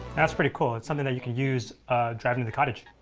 that's pretty cool, it's something that you can use driving to the cottage.